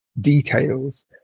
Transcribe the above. details